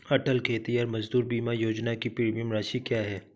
अटल खेतिहर मजदूर बीमा योजना की प्रीमियम राशि क्या है?